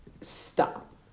stop